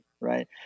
right